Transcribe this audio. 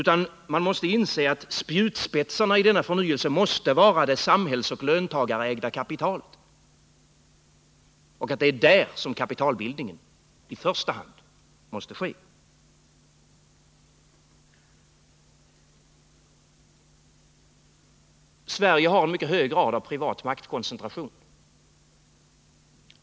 Man måste inse att spjutspetsarna i denna förnyelse måste vara det samhällsoch löntagarägda kapitalet och att det är där som kapitalbildningen i första hand måste ske. Sverige har en mycket hög grad av privat maktkoncentration.